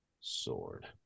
sword